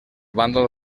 bàndol